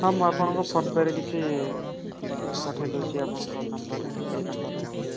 ହଁ ମୁଁ ଆପଣଙ୍କୁ ଫୋନ୍ ପେରେ କିଛି ପଠାଇ ଦେଉଛି ଆପଣଙ୍କ ନମ୍ବର୍ରେ ଏଇ ନମ୍ବର୍ରେ